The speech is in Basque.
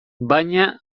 baina